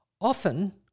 Often